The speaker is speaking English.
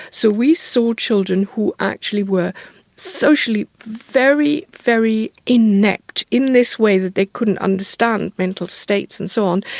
so we saw children who actually were socially very, very inept, in this way that they couldn't understand mental states and so on,